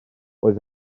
oedd